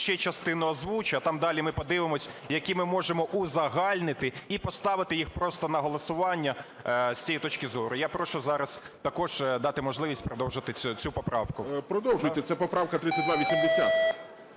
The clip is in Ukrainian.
ще частину озвучу, а там далі ми подивимося, які ми можемо узагальнити, і поставити їх просто на голосування з цієї точки зору. Я прошу зараз також дати можливість продовжити цю поправку. ГОЛОВУЮЧИЙ. Продовжуйте. Це поправка 3280.